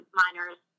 minors